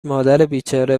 مادربیچاره